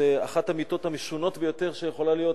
זו אחת המיתות המשונות שיכולות להיות,